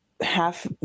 half